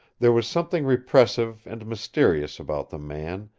there was something repressive and mysterious about the man,